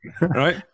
right